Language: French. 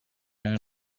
mon